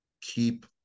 keep